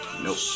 Nope